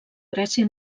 grècia